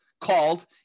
called